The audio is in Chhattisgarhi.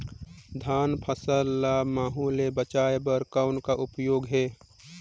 धान फसल ल महू ले बचाय बर कौन का उपाय हे?